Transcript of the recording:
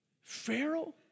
Pharaoh